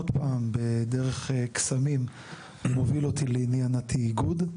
זה עוד פעם מוביל אותי לעניין התאגוד.